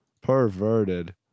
Perverted